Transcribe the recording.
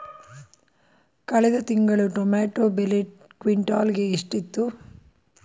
ಕಳೆದ ತಿಂಗಳು ಟೊಮ್ಯಾಟೋ ಬೆಲೆ ಕ್ವಿಂಟಾಲ್ ಗೆ ಎಷ್ಟಿತ್ತು?